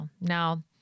Now